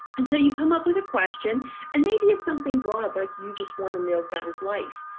and so you come up with a question and maybe it's something broad like you just want to know about his life.